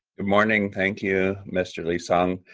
good morning, thank you mr. lee-sung.